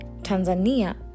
Tanzania